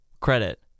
credit